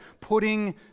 Putting